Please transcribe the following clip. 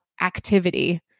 activity